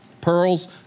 Pearls